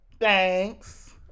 Thanks